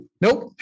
Nope